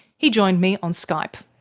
he joined me on skype.